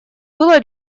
было